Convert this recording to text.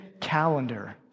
calendar